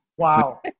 Wow